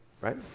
right